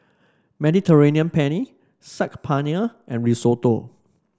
Mediterranean Penne Saag Paneer and Risotto